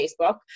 Facebook